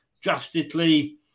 drastically